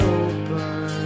open